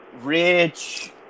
rich